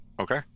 okay